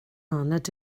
nad